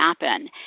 happen